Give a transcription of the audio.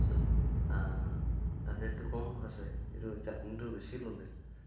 তাৰপিছত তাত ৰেটটো কম আছে এইটো আপুনিটো বেছি ল'লে